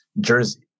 jersey